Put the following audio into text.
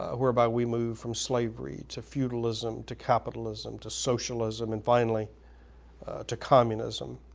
whereby we move from slavery to feudalism to capitalism to socialism, and finally to communism.